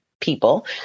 people